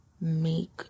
make